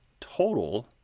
total